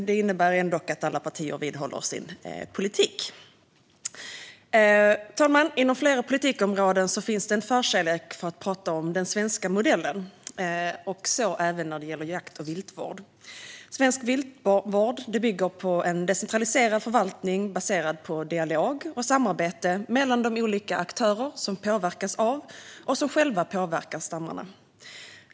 Det innebär ändock att alla partier vidhåller sin politik. Fru talman! Inom flera politikområden finns det en förkärlek för att tala om den svenska modellen, och så även när det gäller jakt och viltvård. Svensk viltvård bygger på en decentraliserad förvaltning baserad på dialog och samarbete mellan de olika aktörer som påverkas av och själva påverkar stammarna.